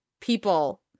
people